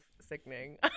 Sickening